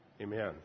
Amen